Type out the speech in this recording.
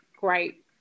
great